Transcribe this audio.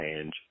change